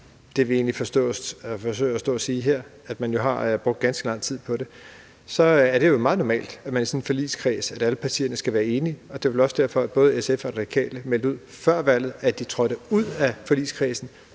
det, jeg forsøger at stå og sige her, nemlig at man har brugt ganske lang tid på det. Og så er det jo meget normalt i sådan en forligskreds, at alle partier skal være enige. Det er vel også derfor, at både SF og De Radikale meldte ud før valget, at de ville træde ud af forligskredsen